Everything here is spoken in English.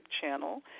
channel